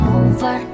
over